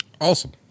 Awesome